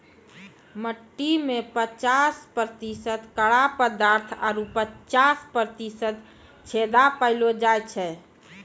मट्टी में पचास प्रतिशत कड़ा पदार्थ आरु पचास प्रतिशत छेदा पायलो जाय छै